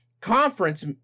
conference